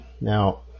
Now